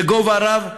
בגובה רב.